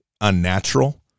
unnatural